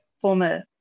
former